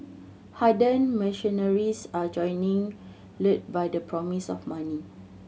hardened mercenaries are joining lured by the promise of money